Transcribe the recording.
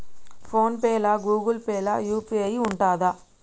Phone pay లా Google Pay లా UPI ఉంటదా?